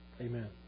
Amen